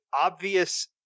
obvious